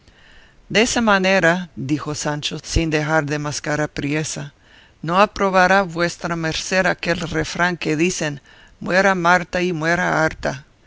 desa manera dijo sancho sin dejar de mascar apriesa no aprobará vuestra merced aquel refrán que dicen muera marta y muera